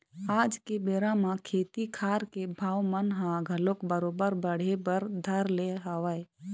आज के बेरा म खेती खार के भाव मन ह घलोक बरोबर बाढ़े बर धर ले हवय